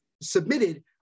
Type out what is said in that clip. submitted